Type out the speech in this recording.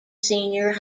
senior